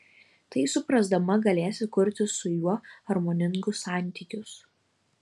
tai suprasdama galėsi kurti su juo harmoningus santykius